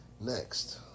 Next